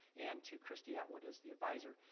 and to kristy atwood as the advisor.